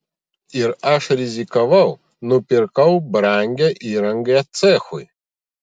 ir aš rizikavau nupirkau brangią įrangą cechui